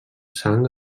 sang